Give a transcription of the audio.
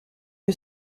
que